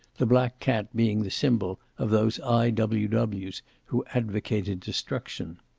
the black cat being the symbol of those i w w s who advocated destruction.